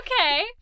okay